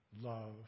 Love